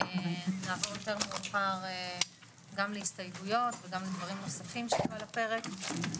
נעבור יותר מאוחר גם להסתייגויות וגם לדברים נוספים שעלו על הפרק.